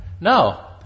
No